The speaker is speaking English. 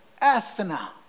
Athena